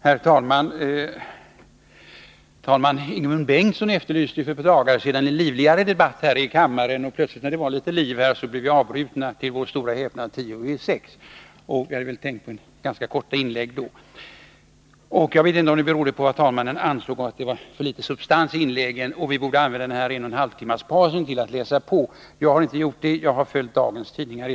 Herr talman! Talman Ingemund Bengtsson efterlyste för ett par dagar sedan en livligare debatt här i kammaren. När det plötsligt var litet liv här blev vi, till vår stora häpnad, avbrutna tio minuter i sex, trots att vi då hade tänkt oss ganska korta inlägg. Jag vet inte om detta berodde på att talmannen ansåg att det var för litet substans i inläggen och att vi borde använda den en och en halv timme långa pausen till att läsa på. Jag har i alla fall inte gjort det, utan jag har läst dagens tidningar.